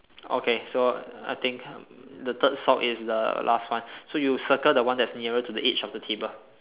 okay so I think the third sock is the last one so you circle the one that's nearer to the edge of the table